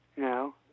No